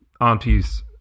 Auntie's